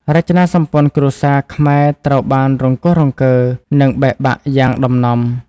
រចនាសម្ព័ន្ធគ្រួសារខ្មែរត្រូវបានរង្គោះរង្គើ និងបែកបាក់យ៉ាងដំណំ។